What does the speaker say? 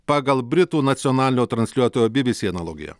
pagal britų nacionalinio transliuotojo bybysy analogiją